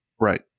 Right